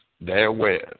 therewith